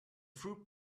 fruit